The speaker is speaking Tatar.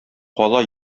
кала